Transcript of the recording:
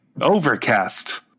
Overcast